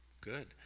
good